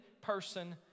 person